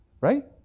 right